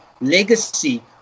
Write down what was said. legacy